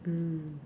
mm